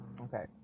okay